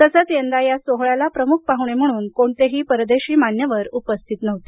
तसंच यंदा या सोहळ्याला प्रमुख पाहुणे म्हणून कोणतेही परदेशी मान्यवर उपस्थित नव्हते